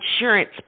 insurance